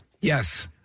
Yes